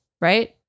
Right